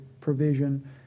provision